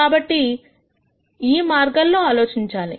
కాబట్టి మీరు ఈ మార్గంలో ఆలోచించాలి